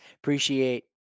Appreciate